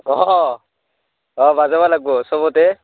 অঁ অঁ অঁ বাজাবা লাগব চবতে